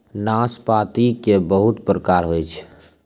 नाशपाती के बहुत प्रकार होय छै